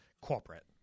corporate